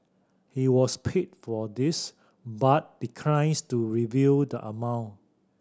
he was paid for this but declines to reveal the amount